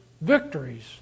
victories